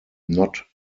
not